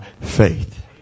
faith